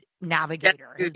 navigator